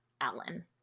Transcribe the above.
Alan